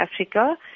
Africa